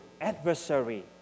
adversary